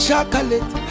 Chocolate